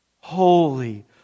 Holy